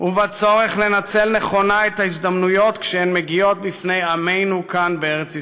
ובצורך לנצל נכונה את ההזדמנויות כשהן מגיעות בפני עמנו כאן בארץ ישראל.